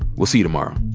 we'll see you tomorrow